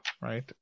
right